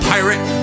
Pirate